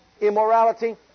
immorality